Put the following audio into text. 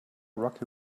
rocky